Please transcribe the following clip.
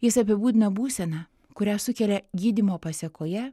jis apibūdina būseną kurią sukelia gydymo pasekoje